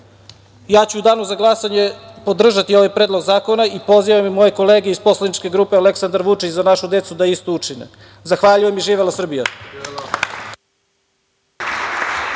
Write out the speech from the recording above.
regionu.U danu za glasanje podržaću ovaj Predlog zakona i pozivam i moje kolege iz poslaničke grupe Aleksandar Vučić – Za našu decu da isto učine. Zahvaljujem. Živela Srbija.